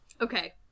okay